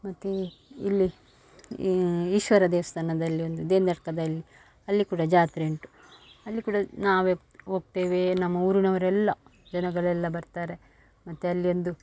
ಮತ್ತು ಇಲ್ಲಿ ಈಶ್ವರ ದೇವಸ್ಥಾನದಲ್ಲಿ ಒಂದು ದೇಂತಡ್ಕದಲ್ಲಿ ಅಲ್ಲಿ ಕೂಡ ಜಾತ್ರೆ ಉಂಟು ಅಲ್ಲಿ ಕೂಡ ನಾವು ಹೋಗ್ತೇವೆ ನಮ್ಮ ಊರಿನವ್ರೆಲ್ಲ ಜನಗಳೆಲ್ಲ ಬರ್ತಾರೆ ಮತ್ತು ಅಲ್ಲಿ ಒಂದು